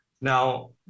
now